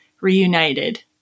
reunited